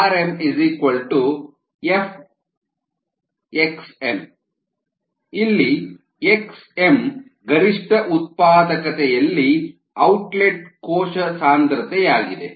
RmFxm ಇಲ್ಲಿ xm ಗರಿಷ್ಠ ಉತ್ಪಾದಕತೆಯಲ್ಲಿ ಔಟ್ಲೆಟ್ ಕೋಶ ಸಾಂದ್ರತೆಯಾಗಿದೆ